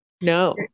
No